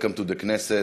Welcome to the Knesset,